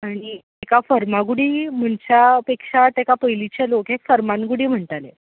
आनी तिका फर्मागुडी म्हणच्या पेक्षा तेका पयलींचे लोक फर्मान गुडी म्हणटाले